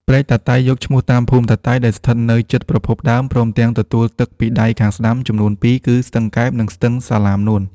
ព្រែកតាតី យកឈ្មោះតាមភូមិតាតី ដែលស្ថិតនៅជិតប្រភពដើម ព្រមទាំងទទួលទឹកពីដៃខាងស្តាំចំនួនពីរគឺ ស្ទឹងកែប និងស្ទឹងសាលាមនួន។